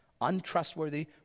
untrustworthy